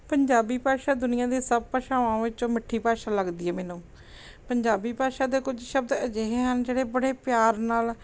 ਪੰਜਾਬੀ ਭਾਸ਼ਾ ਦੁਨੀਆਂ ਦੀ ਸਭ ਭਾਸ਼ਾਵਾਂ ਵਿੱਚੋਂ ਮਿੱਠੀ ਭਾਸ਼ਾ ਲੱਗਦੀ ਹੈ ਮੈਨੂੰ ਪੰਜਾਬੀ ਭਾਸ਼ਾ ਦੇ ਕੁਝ ਸ਼ਬਦ ਅਜਿਹੇ ਹਨ ਜਿਹੜੇ ਬੜੇ ਪਿਆਰ ਨਾਲ਼